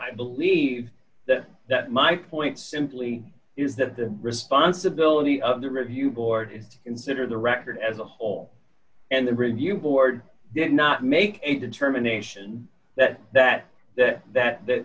i believe that that my point simply is that the responsibility of the review board is considered the record as a whole and the review board did not make a determination that that that that that